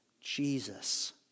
Jesus